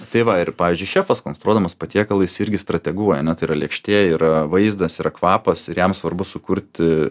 tai va ir pavyzdžiui šefas konstruodamas patiekalą jis irgi strateguoja ar ne tai yra lėkštė yra vaizdas yra kvapas ir jam svarbu sukurti